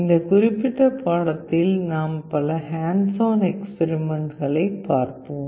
இந்த குறிப்பிட்ட பாடத்தில் நாம் பல ஹேண்ட்ஸ் ஆன் எக்ஸ்பெரிமெண்ட்களை பார்ப்போம்